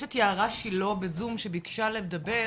יש את יערה שהיא לא ב"זום" שביקשה לדבר,